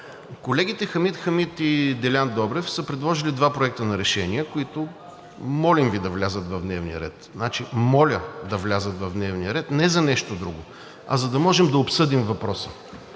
Колегите Хамид Хамид и Делян Добрев са предложили два проекта на решение, които, молим Ви, да влязат дневния ред. Значи, моля да влязат в дневния ред не за нещо друго, а за да можем да обсъдим въпроса.